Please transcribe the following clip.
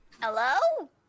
Hello